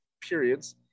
periods